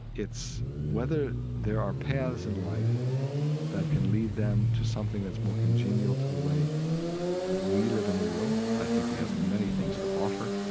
it's whether there are paths in life that can lead them to something that's more congenial to the way we live in the world. i think we have many things to offer,